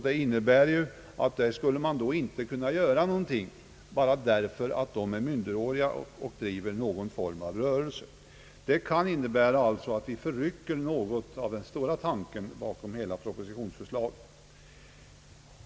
Det innebär att man där inte skulle kunna göra något därför att de är minderåriga och driver någon form av rörelse. Det kan innebära att vi förrycker nå got av den stora tanken bakom hela propositionsförslaget.